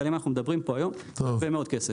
זה הרבה מאוד כסף.